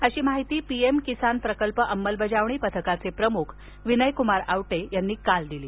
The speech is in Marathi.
अशी माहिती पीएम किसान प्रकल्प अंमलबजावणी पथक प्रमुख विनयक्मार आवटे यांनी काल दिली